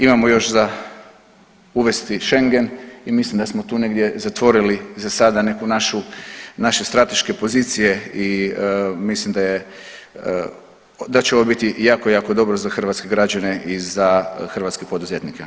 Imamo još za uvesti Schengen i mislim da smo tu negdje zatvorili za sada neku našu, strateške pozicije i mislim da će ovo biti jako, jako dobro za hrvatske građane i za hrvatske poduzetnike.